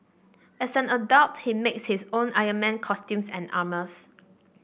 as an adult he makes his own Iron Man costumes and armours